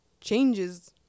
changes